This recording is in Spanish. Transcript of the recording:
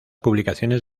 publicaciones